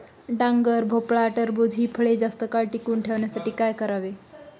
डांगर, भोपळा, टरबूज हि फळे जास्त काळ टिकवून ठेवण्यासाठी काय करावे?